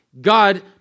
God